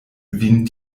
vin